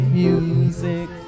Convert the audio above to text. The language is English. music